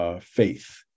Faith